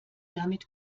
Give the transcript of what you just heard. damit